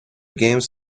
games